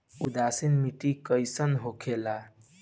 उदासीन मिट्टी कईसन होखेला?